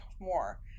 more